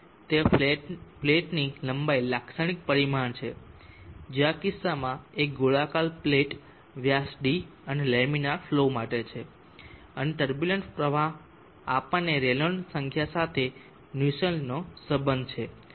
તે પ્લેટની લંબાઈ લાક્ષણીક પરિમાણ છે જે આ કિસ્સામાં એક ગોળાકાર પ્લેટ વ્યાસ d અને લેમિનરફલો માટે છે અને ટર્બુલંટ પ્રવાહ આપણને રેનોલ્ડની સંખ્યા સાથે નુસેલ્ટનો સંબંધ છે